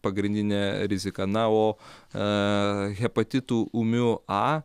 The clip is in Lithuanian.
pagrindinė rizika na o aa hepatitu ūmiu a